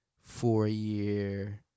four-year